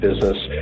business